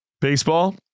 Baseball